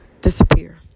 disappear